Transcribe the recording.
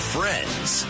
Friends